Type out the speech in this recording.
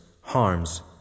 harms